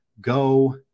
go